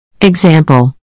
Example